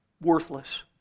Worthless